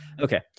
Okay